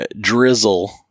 drizzle